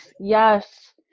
yes